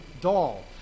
doll